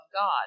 God